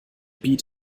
beat